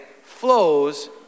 flows